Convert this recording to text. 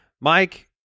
Mike